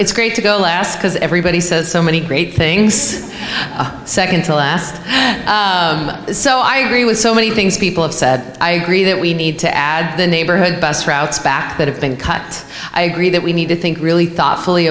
it's great to go last because everybody says so many great things nd to last so i agree with so many things people have said i agree that we need to add the neighborhood bus routes back that have been cut i agree that we need to think really thoughtfully